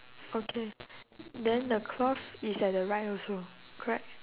okay then the cloth is at the right also correct